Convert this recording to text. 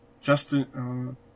Justin